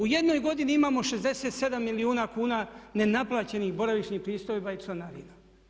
U jednoj godini imamo 67 milijuna kuna nenaplaćenih boravišnih pristojba i članarina.